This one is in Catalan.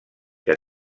que